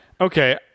Okay